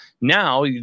now